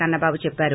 కన్నబాటు చెప్పారు